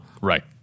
right